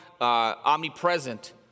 omnipresent